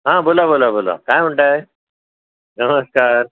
हा बोला बोला बोला काय म्हणत आहे नमस्कार